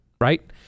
right